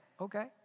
Okay